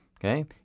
Okay